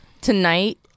tonight